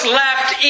left